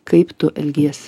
kaip tu elgies